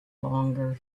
longer